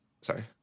Sorry